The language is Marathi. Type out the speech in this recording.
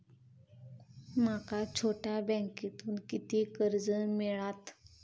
माका छोट्या बँकेतून किती कर्ज मिळात?